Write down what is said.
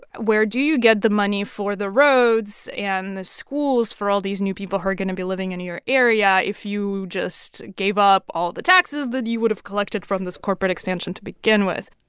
where do you get the money for the roads and the schools for all these new people who are going to be living in your area if you just gave up all the taxes that you would have collected from this corporate expansion to begin with?